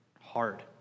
hard